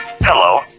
Hello